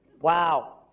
Wow